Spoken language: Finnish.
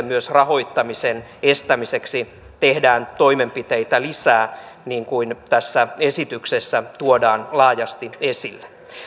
myös rahoittamisen estämiseksi tehdään toimenpiteitä lisää niin kuin tässä esityksessä tuodaan laajasti esille